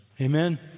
Amen